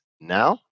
now